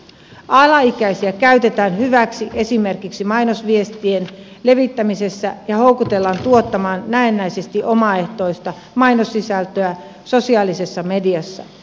alaikäisiä käytetään hyväksi esimerkiksi mainosviestien levittämisessä ja houkutellaan tuottamaan näennäisesti omaehtoista mainossisältöä sosiaali sessa mediassa